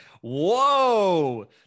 Whoa